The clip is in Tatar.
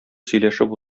сөйләшеп